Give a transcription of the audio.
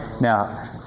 Now